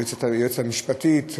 היועצת המשפטית,